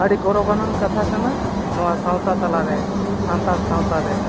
ᱟᱹᱰᱤ ᱜᱚᱨᱚᱵ ᱟᱱᱟᱜ ᱠᱟᱛᱷᱟ ᱠᱟᱱᱟ ᱱᱚᱣᱟ ᱥᱟᱶᱛᱟ ᱛᱟᱞᱟᱨᱮ ᱥᱟᱱᱛᱟᱲ ᱥᱟᱶᱛᱟ ᱨᱮ